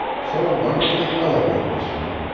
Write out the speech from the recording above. so wonderfully eloquent was he,